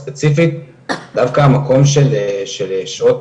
ספציפית דווקא המקום של שעות